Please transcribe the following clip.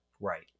Right